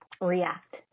React